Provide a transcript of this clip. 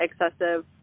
excessive